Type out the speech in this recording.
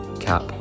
cap